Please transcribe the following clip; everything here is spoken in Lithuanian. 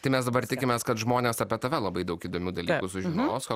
tai mes dabar tikimės kad žmonės apie tave labai daug įdomių dalykų sužinos ko